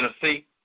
Tennessee